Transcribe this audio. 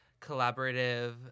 collaborative